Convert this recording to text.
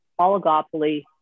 oligopoly